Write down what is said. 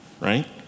right